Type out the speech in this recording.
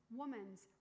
woman's